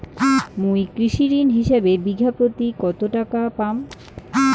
মুই কৃষি ঋণ হিসাবে বিঘা প্রতি কতো টাকা পাম?